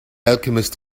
alchemist